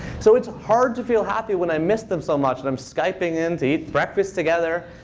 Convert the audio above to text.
so it's hard to feel happy when i miss them so much, and i'm skyping in to eat breakfast together.